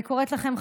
אני קוראת לכם,